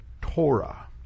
Torah